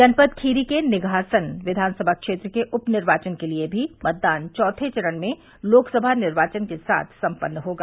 जनपद खीरी के निघासन विधानसभा क्षेत्र के उप निर्वाचन के लिये भी मतदान चौथे चरण में लोकसभा निर्वाचन के साथ सम्पन्न होगा